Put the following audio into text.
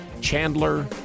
Chandler